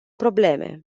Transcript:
probleme